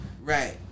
Right